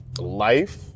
life